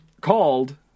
called